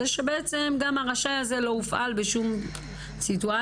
זה שגם ה"רשאי" הזה לא הופעל בשום סיטואציה.